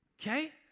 okay